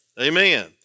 Amen